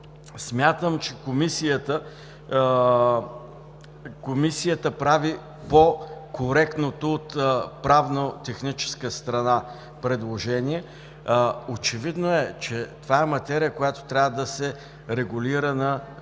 смятам, че Комисията прави по-коректното предложение от правно-техническа страна? Очевидно е, че това е материя, която трябва да се регулира на